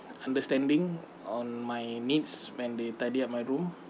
understanding on my needs when they tidy up my room